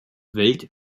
welt